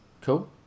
cool